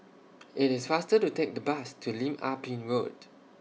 IT IS faster to Take The Bus to Lim Ah Pin Road